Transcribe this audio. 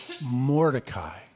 Mordecai